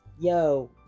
Yo